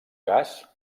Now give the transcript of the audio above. cas